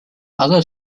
other